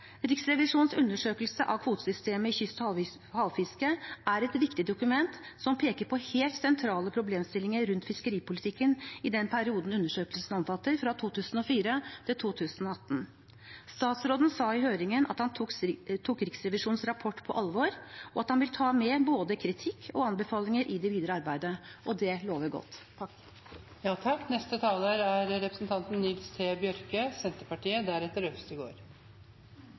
Riksrevisjonens undersøkelse av kvotesystemet i kyst- og havfisket er et viktig dokument som peker på helt sentrale problemstillinger rundt fiskeripolitikken i den perioden undersøkelsen omfatter, fra 2004 til 2018. Statsråden sa i høringen at han tok Riksrevisjonens rapport på alvor, og at han vil ta med både kritikk og anbefalinger i det videre arbeidet, og det lover godt. Det er havressurslova som regulerer forvaltinga av fiske her i landet. Føremålet med lova er